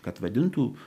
kad vadintų